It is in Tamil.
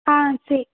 ஆ சரி